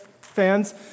fans